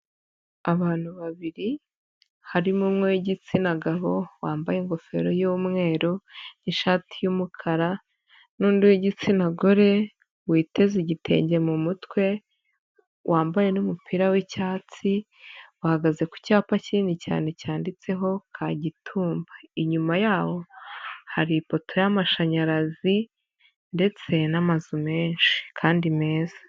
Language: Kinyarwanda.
Abantu babiri, harimo umwe w'igitsina gabo, wambaye ingofero y'umweru n'ishati y'umukara n'undi igitsina gore, witeze igitenge mu mutwe, wambaye n'umupira w'icyatsi, bahagaze ku cyapa kinini cyane cyanditseho Kagitumba, inyuma yaho hari ipoto y'amashanyarazi ndetse n'amazu menshi kandi meza.